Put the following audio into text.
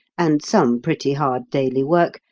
and some pretty hard daily work,